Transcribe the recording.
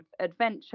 adventure